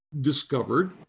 discovered